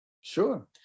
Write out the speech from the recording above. sure